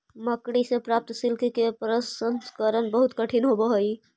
मकड़ि से प्राप्त सिल्क के प्रसंस्करण बहुत कठिन होवऽ हई